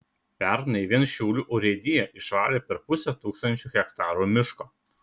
pernai vien šiaulių urėdija išvalė per pusę tūkstančio hektarų miško